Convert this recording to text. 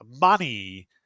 money –